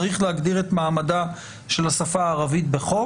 צריך להגדיר את מעמדה של השפה הערבית בחוק.